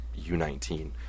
U19